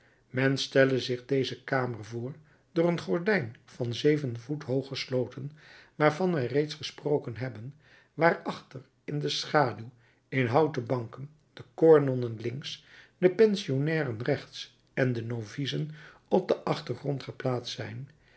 men stelle zich deze kamer voor door een gordijn van zeven voet hoog gesloten waarvan wij reeds gesproken hebben waarachter in de schaduw in houten banken de koornonnen links de pensionnairen rechts en de novicen op den achtergrond geplaatst zijn